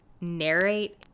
narrate